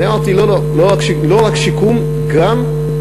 ואני אמרתי: לא, לא, לא רק שיקום, גם פיתוח.